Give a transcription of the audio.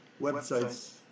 websites